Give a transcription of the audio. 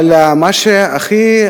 אבל מה שהכי,